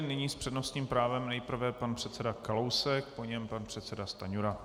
Nyní s přednostním právem nejprve pan předseda Kalousek, po něm pan předseda Stanjura.